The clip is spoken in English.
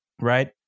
right